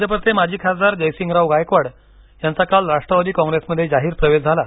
भाजपचे माजी खासदार जयसिंगराव गायकवाड यांचा काल राष्ट्रवादी काँग्रेसमध्ये जाहीर प्रवेश झाला